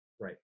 right